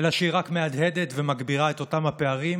אלא שהיא רק מהדהדת ומגבירה את אותם הפערים